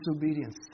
disobedience